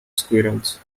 squirrels